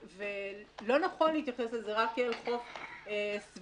ולא נכון להתייחס לזה רק כאל חוק סביבתי.